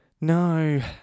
No